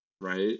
right